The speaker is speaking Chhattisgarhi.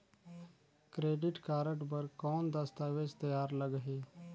क्रेडिट कारड बर कौन दस्तावेज तैयार लगही?